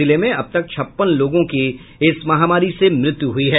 जिले में अब तक छप्पन लोगों की इस महामारी से मृत्यु हुई है